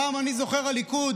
פעם, אני זוכר, הליכוד